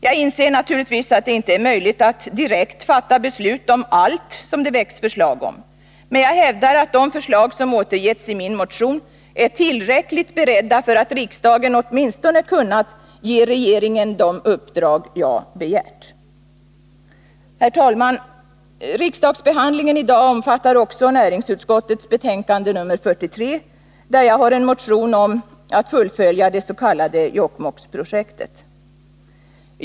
| Jag inser naturligtvis att det inte är möjligt att direkt fatta beslut om allt som det väcks förslag om. Men jag hävdar att de förslag som återgetts i min motion är tillräckligt beredda för att riksdagen åtminstone skulle ha kunnat ge regeringen de uppdrag jag begärt. Herr talman! Riksdagsbehandlingen i dag omfattar också näringsutskottets betänkande 43, som bl.a. upptar en motion av mig om att fullfölja det s.k. Jokkmokksprojektet.